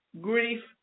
Grief